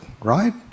right